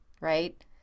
right